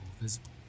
visible